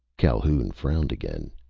calhoun frowned again.